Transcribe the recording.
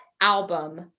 album